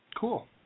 Cool